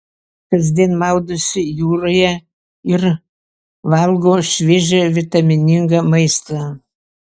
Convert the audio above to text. kasdien maudosi jūroje ir valgo šviežią vitaminingą maistą